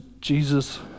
Jesus